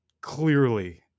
clearly